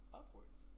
upwards